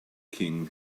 king